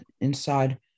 inside